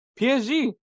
PSG